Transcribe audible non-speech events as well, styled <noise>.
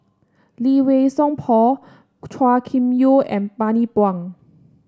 Lee Wei Song Paul <noise> Chua Kim Yeow and Bani Buang